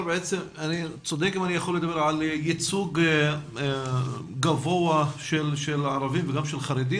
אני צודק אם אני יכול לדבר על ייצוג גבוה של הערבים וגם של חרדים,